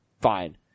Fine